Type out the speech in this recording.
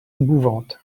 bouvante